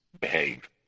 behave